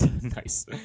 nice